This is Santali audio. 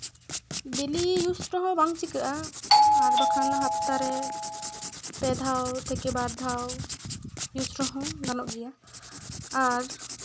ᱰᱮᱞᱤ ᱭᱩᱥ ᱨᱮᱦᱚᱸ ᱵᱟᱝ ᱪᱤᱠᱟᱹᱜᱼᱟ ᱟᱨ ᱵᱟᱠᱷᱟᱱ ᱦᱟᱯᱛᱟ ᱨᱮ ᱯᱮ ᱫᱷᱟᱣ ᱛᱷᱮᱠᱮ ᱵᱟᱨ ᱫᱷᱟᱣ ᱭᱩᱥ ᱨᱮᱦᱚᱸᱢ ᱜᱟᱱᱚᱜ ᱜᱮᱭᱟ ᱟᱨ